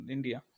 India